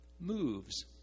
moves